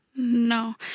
No